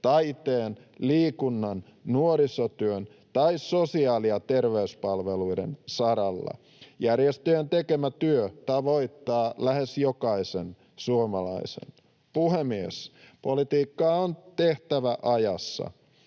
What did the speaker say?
taiteen, liikunnan, nuorisotyön tai sosiaali- ja terveyspalveluiden saralla. Järjestöjen tekemä työ tavoittaa lähes jokaisen suomalaisen. Puhemies! Politiikkaa on tehtävä ajassa.